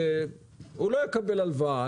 הוא לא יקבל הלוואה.